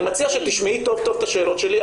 אני מציע שתשמעי טוב טוב את השאלות שלי.